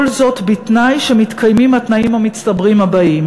כל זאת בתנאי שמתקיימים התנאים המצטברים האלה: